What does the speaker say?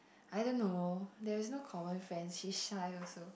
I don't know there is no common friend she shy also